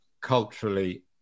culturally